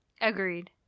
Agreed